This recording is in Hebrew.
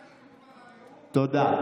תודה.